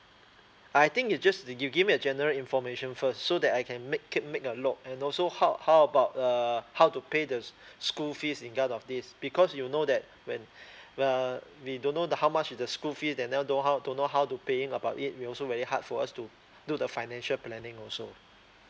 I think you just you you give me a general information first so that I can make it make a look and also how how about err how to pay the school fees with regards of this because you know that when err we don't know the how much is the school fee then I'll don't how don't know how to paying about it we also very hard for us to do the financial planning also